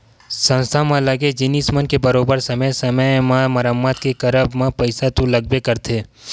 संस्था म लगे जिनिस मन के बरोबर समे समे म मरम्मत के करब म पइसा तो लगबे करथे